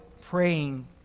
praying